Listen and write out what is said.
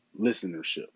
listenership